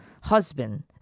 husband